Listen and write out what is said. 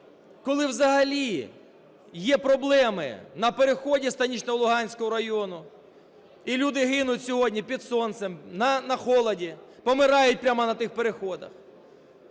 коли взагалі є проблеми на переході Станично-Луганського району і люди гинуть сьогодні під сонцем, на холоді, помирають прямо на тих переходах?